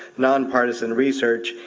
non-partisan research,